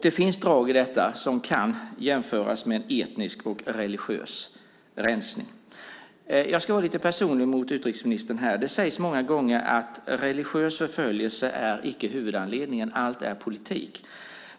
Det finns drag i detta som kan jämföras med etnisk och religiös rensning. Jag ska vara lite personlig mot utrikesministern. Det sägs många gånger att religiös förföljelse icke är huvudanledningen; allt är politik.